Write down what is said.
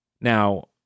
Now